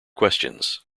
questions